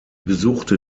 besuchte